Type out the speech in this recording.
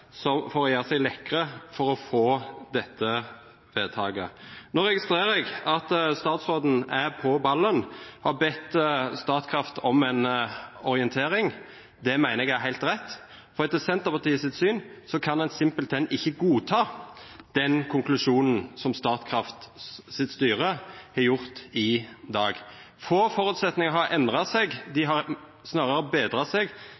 prosjektet for å gjøre seg lekre for å få dette vedtaket. Nå registrerer jeg at statsråden er på ballen og har bedt Statkraft om en orientering. Det mener jeg er helt rett, for etter Senterpartiets syn kan en simpelthen ikke godta den konklusjonen som Statkrafts styre har gjort i dag. Få forutsetninger har endret seg, de har snarere bedret seg,